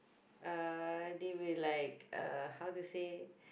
uh they will like uh how to say